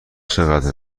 چقدر